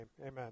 Amen